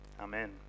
Amen